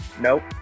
Nope